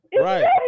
Right